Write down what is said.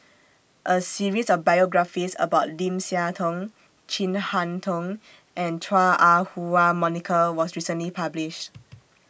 A series of biographies about Lim Siah Tong Chin Harn Tong and Chua Ah Huwa Monica was recently published